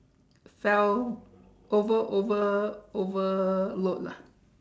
fell over over overload lah